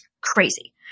crazy